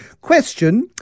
Question